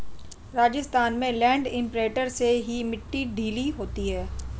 राजस्थान में land imprinter से ही मिट्टी ढीली होती है